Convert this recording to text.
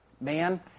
man